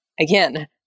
Again